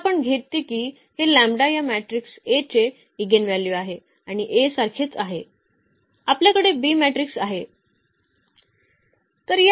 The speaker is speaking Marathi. तर आपण घेते की हे लॅम्ब्डा या मॅट्रिक्स A चे ईगेनव्हल्यू आहे आणि A सारखेच आहे आपल्याकडे B मॅट्रिक्स आहे